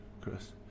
Chris